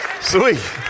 sweet